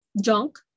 junk